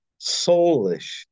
soulish